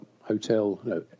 hotel